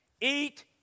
Eat